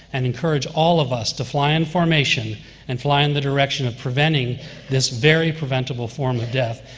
and encourage all of us to fly in formation and fly in the direction of preventing this very preventable form of death,